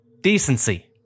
Decency